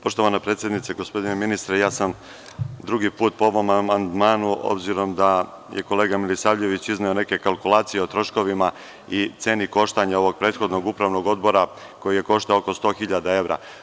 Poštovana predsednice, gospodine ministre, ja sam drugi put po ovom amandmanu, obzirom da je kolega Milisavljević izneo neke kalkulacije o troškovima i ceni koštanja ovog prethodnog upravnog odbora, koji je koštao oko 100 hiljada evra.